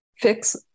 fix